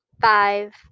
Five